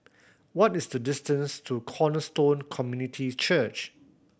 what is the distance to Cornerstone Community Church